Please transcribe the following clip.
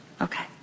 Okay